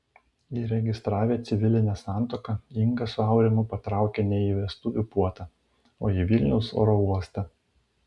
įregistravę civilinę santuoką inga su aurimu patraukė ne į vestuvių puotą o į vilniaus oro uostą